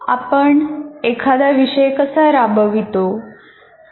आपण एखादा विषय कसा राबवितो